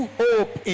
hope